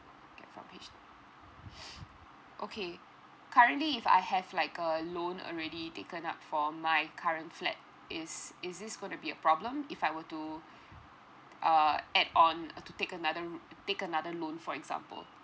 get from H_D_B okay currently if I have like a loan already taken up for my current flat is is this gonna be a problem if I were to uh add on or to take another take another loan for example